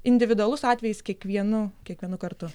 individualus atvejis kiekvienu kiekvienu kartu